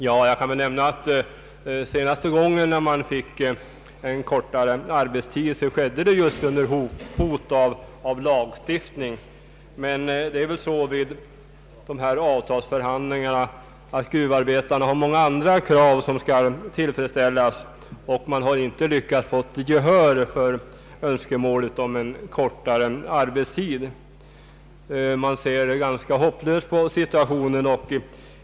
Jag kan nämna att senaste gången en arbetstidsförkortning infördes skedde det just under hot om lagstiftning. Vid avtalsförhandlingarna har ju gruvarbetarna många andra krav som skall tillfredställas, och man har inte lyckats få gehör för önskemålet om en kortare arbetstid utan ser ganska hopplöst på situationen.